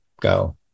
Go